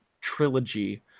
trilogy